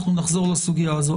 אנחנו נחזור לסוגיה הזאת.